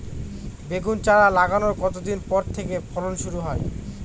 বেগুন চারা লাগানোর কতদিন পর থেকে ফলন শুরু হয়?